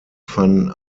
van